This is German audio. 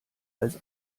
als